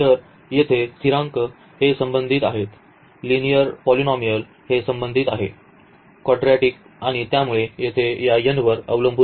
तर येथे स्थिरांक हे संबंधित आहेत लिनिअर पॉलिनॉमीयल हे संबंधित आहे क्वाड्रॅटिक आणि त्यामुळे येथे या n वर अवलंबून